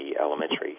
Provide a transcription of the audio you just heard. elementary